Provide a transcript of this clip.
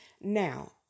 now